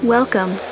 Welcome